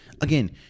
Again